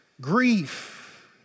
grief